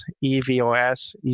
E-V-O-S